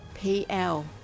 pl